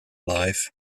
life